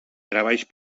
treballs